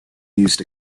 used